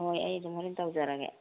ꯍꯣꯏ ꯑꯩ ꯑꯗꯨꯝ ꯍꯣꯔꯦꯟ ꯇꯧꯖꯔꯒꯦ